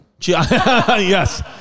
Yes